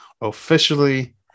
officially